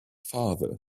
father